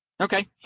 Okay